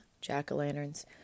jack-o'-lanterns